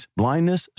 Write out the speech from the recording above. blindness